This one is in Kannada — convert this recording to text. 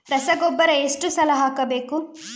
ರಸಗೊಬ್ಬರ ಎಷ್ಟು ಸಲ ಹಾಕಬೇಕು?